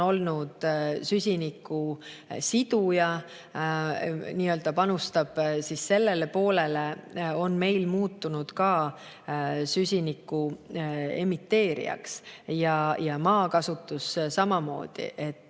olnud süsiniku siduja, nii-öelda panustab sellele poolele, on meil muutunud ka süsiniku emiteerijaks, maakasutus samamoodi. Ka